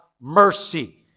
mercy